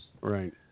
Right